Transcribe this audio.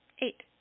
eight